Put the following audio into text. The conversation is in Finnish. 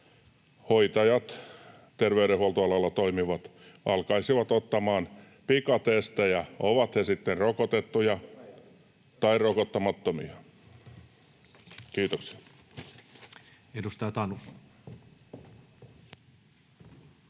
hoitajat ja terveydenhuoltoalalla toimivat alkaisivat ottamaan pikatestejä, ovat he sitten rokotettuja tai rokottamattomia. — Kiitoksia. [Speech 178]